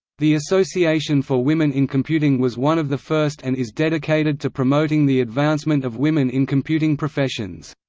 the association for women in computing was one of the first and is dedicated to promoting the advancement of women in computing professions.